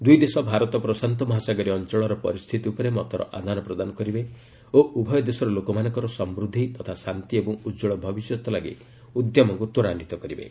ଦୁଇଦେଶ ଭାରତ ପ୍ରଶାନ୍ତମହାସାଗରୀୟ ଅଞ୍ଚଳର ପରିସ୍ଥିତି ଉପରେ ମତର ଆଦାନ ପ୍ରଦାନ କରିବେ ଓ ଉଭୟ ଦେଶର ଲୋକମାନଙ୍କର ସମୃଦ୍ଧି ତଥା ଶାନ୍ତି ଏବଂ ଉଜ୍ଜଳ ଭବିଷ୍ୟତ ଲାଗି ଉଦ୍ୟମକୁ ତ୍ୱରାନ୍ଧିତ କରିବେ